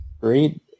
great